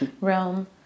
realm